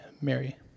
Mary